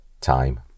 time